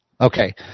Okay